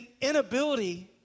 inability